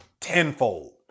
tenfold